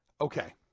Okay